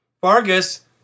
Vargas